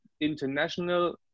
international